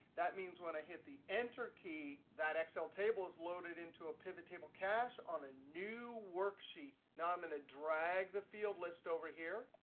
that means when i hit the enter key that excel table is loaded into a pivot table cache on a new worksheet. now i'm going to drag the field list over here.